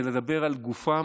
זה לדבר על גופם,